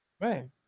Right